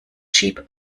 chip